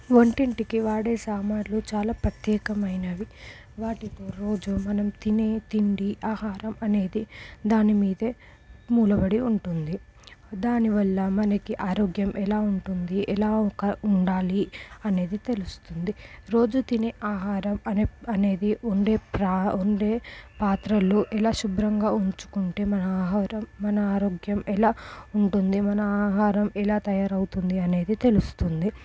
వంటింటికి వాడే సామాన్లు చాలా ప్రత్యేకమైనవి వాటికి రోజు మనం తినే తిండి ఆహారం అనేది దాని మీదే మూలబడి ఉంటుంది దానివల్ల మనకి ఆరోగ్యం ఎలా ఉంటుంది ఎలా ఒక ఉండాలి అనేది తెలుస్తుంది రోజు తినే ఆహారం అనే అనేది ఉండే ప్రా ఉండే పాత్రలు ఎలా శుభ్రంగా ఉంచుకుంటే మన ఆహారం మన ఆరోగ్యం ఎలా ఉంటుంది మన ఆహారం ఎలా తయారవుతుంది అనేది తెలుస్తుంది